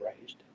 raised